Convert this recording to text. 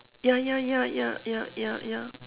ya ya ya ya ya ya ya